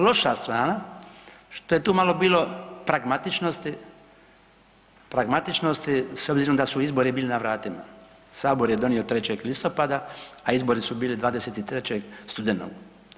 Loša strana što je tu malo bilo pragmatičnosti, pragmatičnosti s obzirom da su izbori bili na vratima, Sabor je donio 3. listopada, a izbori su bili 23. studenog.